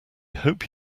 hope